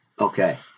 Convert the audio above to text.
Okay